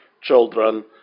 children